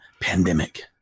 pandemic